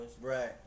right